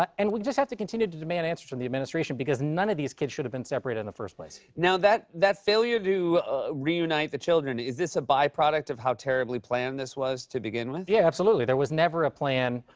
and we just have to continue to demand answers from the administration, because none of these kids should have been separated in the first place. now, that that failure to reunite the children, is this a byproduct of how terribly planned this was to begin with? yeah, absolutely. there was never a plan.